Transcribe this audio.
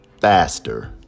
faster